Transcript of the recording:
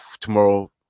tomorrow